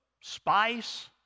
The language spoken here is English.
spice